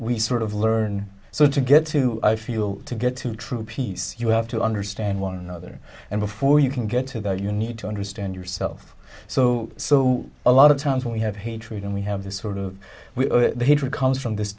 we sort of learn so to get to i feel to get to true peace you have to understand one another and before you can get to that you need to understand yourself so so a lot of times when we have hatred and we have this sort of we the hatred comes from this